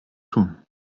tun